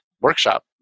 workshop